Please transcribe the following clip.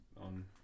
on